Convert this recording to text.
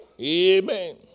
Amen